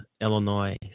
Illinois